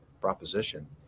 proposition